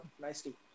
nicely